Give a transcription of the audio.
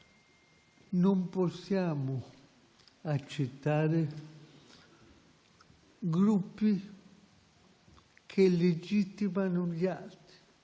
non possiamo accettare gruppi che legittimano gli altri